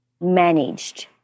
managed